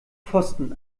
pfosten